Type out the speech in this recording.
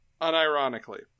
unironically